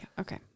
okay